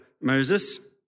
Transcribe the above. Moses